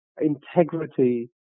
integrity